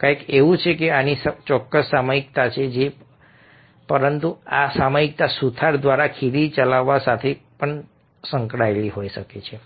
કંઈક એવું છે કે આની ચોક્કસ સામયિકતા છે પરંતુ આ સામયિકતા સુથાર દ્વારા ખીલી ચલાવવા સાથે પણ સંકળાયેલ હોઈ શકે છે